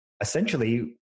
essentially